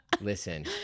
listen